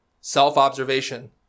self-observation